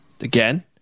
Again